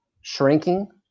shrinking